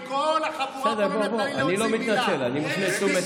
אני קראתי להם לאפשר לך לדבר.